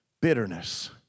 bitterness